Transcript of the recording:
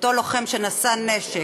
אותו לוחם שנשא נשק.